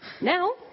Now